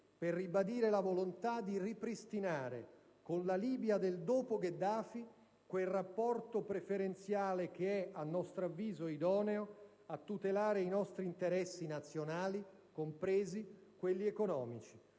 per ribadire la volontà di ripristinare con la Libia del dopo Gheddafi quel rapporto preferenziale che è a nostro avviso idoneo a tutelare i nostri interessi nazionali, compresi quelli economici.